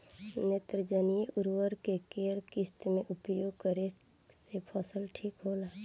नेत्रजनीय उर्वरक के केय किस्त मे उपयोग करे से फसल ठीक होला?